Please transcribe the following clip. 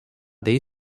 ଦେଇ